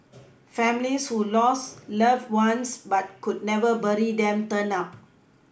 families who lost loved ones but could never bury them turned up